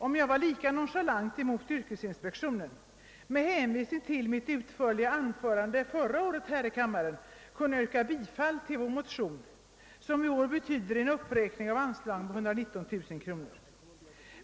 Om jag var lika nonchalant mot yrkesinspektionen skulle jag kunna nöja mig med att med hänvisning till mitt utförliga anförande förra året yrka bifall till motionerna, som i år betyder en uppräkning av anslaget med 119 000 kronor.